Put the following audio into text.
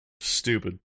stupid